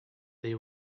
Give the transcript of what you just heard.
they